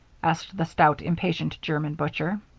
asked the stout, impatient german butcher.